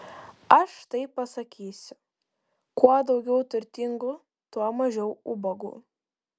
aš taip pasakysiu kuo daugiau turtingų tuo mažiau ubagų